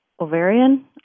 ovarian